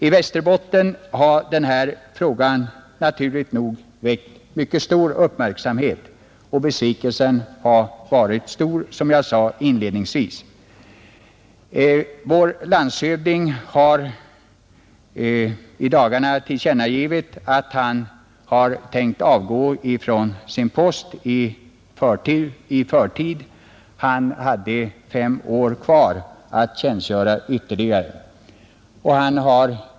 I Västerbotten har den här frågan naturligt nog väckt mycket stor uppmärksamhet, och besvikelsen har varit stor, som jag sade inledningsvis. Vår landshövding har i dagarna tillkännagivit att han har tänkt avgå från sin post i förtid. Han hade fem år kvar att tjänstgöra.